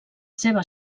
seva